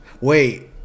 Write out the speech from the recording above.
Wait